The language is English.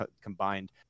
combined